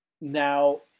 now